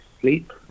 sleep